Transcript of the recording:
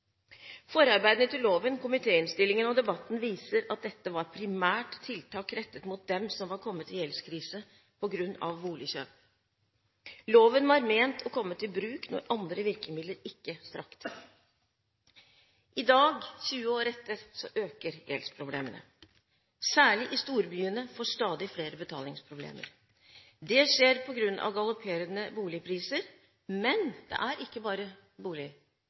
Forarbeidene til loven, komitéinnstillingen og debatten viser at dette primært var tiltak rettet mot dem som var kommet i gjeldskrise på grunn av boligkjøp. Loven var ment å komme til bruk når andre virkemidler ikke strakk til. I dag – 20 år etter – øker gjeldsproblemene, særlig i storbyene får stadig flere betalingsproblemer. Det skjer på grunn av galopperende boligpriser. Men det er ikke bare bolig